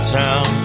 town